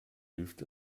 hilft